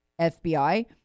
FBI